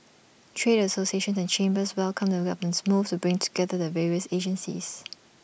trade associations and chambers welcomed the government's move to bring together the various agencies